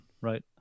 right